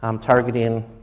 targeting